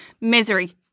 misery